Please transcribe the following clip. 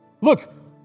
Look